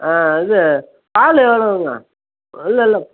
ஆ இது பால் எவ்வளோவுங்க இல்லை இல்லை